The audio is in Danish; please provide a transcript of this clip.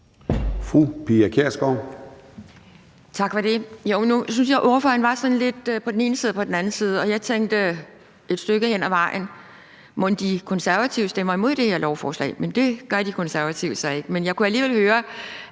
Pia Kjærsgaard (DF): Tak for det. Nu synes jeg, at ordføreren var sådan lidt på den ene side og på den anden side, og jeg tænkte et stykke hen ad vejen: Mon De Konservative stemmer imod det her lovforslag? Det gør De Konservative så ikke, men jeg kunne alligevel høre,